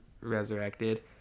resurrected